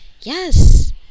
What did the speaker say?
yes